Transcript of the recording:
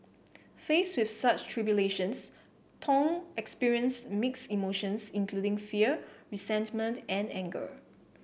faced with such tribulations Thong experienced mixed emotions including fear resentment and anger